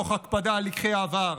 תוך הקפדה על לקחי העבר: